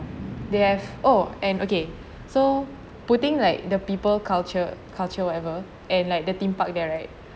they have oh and okay so putting like the people culture culture whatever and like the theme park there right